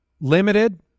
limited